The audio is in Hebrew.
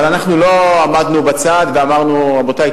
אבל אנחנו לא עמדנו בצד ואמרנו: רבותי,